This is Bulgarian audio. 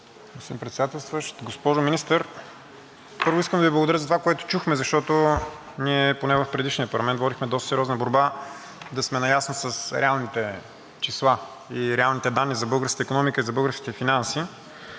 Госпожо Министър, първо, искам да Ви благодаря за това, което чухме, защото ние, поне в предишния парламент, водихме доста сериозна борба да сме наясно с реалните числа и реалните данни за българската икономика и за българските финанси.